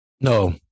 No